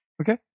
Okay